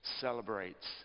celebrates